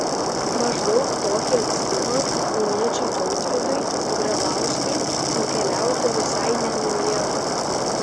maždaug tokį atstumą kauniečiui tautvydui grabauskui nukeliauti visai ne naujiena